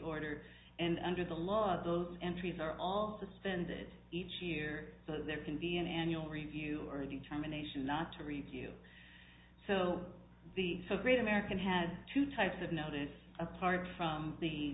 order and under the law those entries are all suspended each year so there can be an annual review or a determination not to review so the great american had two types of notice apart from the